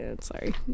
Sorry